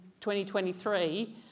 2023